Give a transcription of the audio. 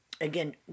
again